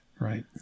right